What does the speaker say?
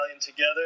together